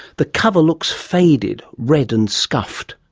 the cover looks faded, red and scuffed,